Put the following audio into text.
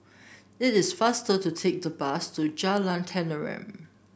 it is faster to take the bus to Jalan Tenteram